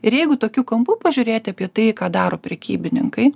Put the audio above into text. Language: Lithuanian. ir jeigu tokiu kampu pažiūrėti apie tai ką daro prekybininkai